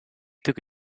took